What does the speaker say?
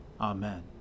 Amen